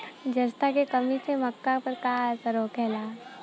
जस्ता के कमी से मक्का पर का असर होखेला?